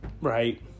Right